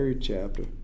chapter